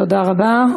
תודה רבה.